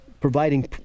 providing